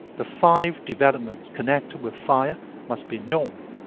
the five developments connected with fire must be known,